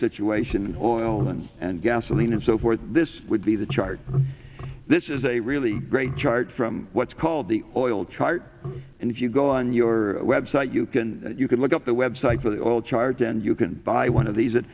situation or oil and gasoline and so forth this would be the chart this is a really great chart from what's called the oil chart and if you go on your web site you can you can look up the website for the oil chart and you can buy one of these